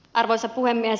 arvoisa puhemies